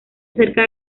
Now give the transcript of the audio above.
acerca